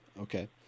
Okay